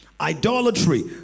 idolatry